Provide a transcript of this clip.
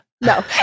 No